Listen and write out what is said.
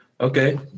Okay